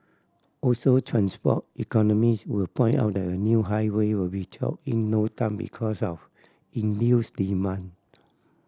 also transport economist will point out that a new highway will be choked in no time because of induced demand